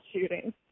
shooting